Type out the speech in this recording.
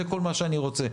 זה כל מה שאני רוצה.